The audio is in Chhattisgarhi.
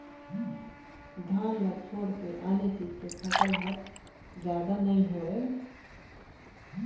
धान के छोयड़ आने चीज के फसल हर जादा नइ होवय